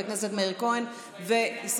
עתיד-תל"ם, קבוצת סיעת ישראל